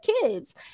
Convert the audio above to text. kids